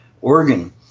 organ